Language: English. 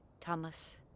Thomas